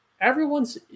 everyone's